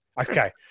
Okay